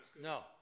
No